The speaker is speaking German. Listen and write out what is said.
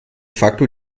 facto